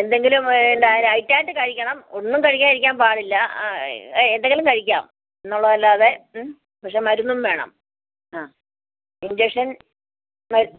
എന്തെങ്കിലും ലൈറ്റ് ആയിട്ട് കഴിക്കണം ഒന്നും കഴിക്കാതിരിക്കാൻ പാടില്ല ആ എന്തെങ്കിലും കഴിക്കാം എന്ന് ഉള്ളത് അല്ലാതെ പക്ഷേ മരുന്നും വേണം ആ ഇഞ്ചക്ഷൻ